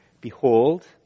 Behold